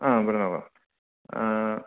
ആ പറഞ്ഞോളാം ആ